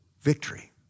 victory